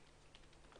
אחת.